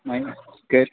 وۅنۍ کٔر